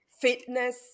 fitness